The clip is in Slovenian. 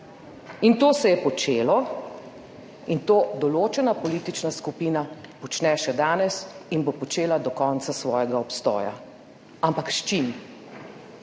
In to se je počelo in to določena politična skupina počne še danes in bo počela do konca svojega obstoja. Ampak s čim?